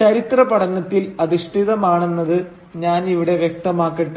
ചരിത്രപഠനത്തിൽ അധിഷ്ഠിതമാണെന്നത് ഞാൻ ഇവിടെ വ്യക്തമാക്കട്ടെ